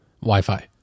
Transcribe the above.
wi-fi